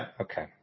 Okay